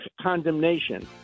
condemnation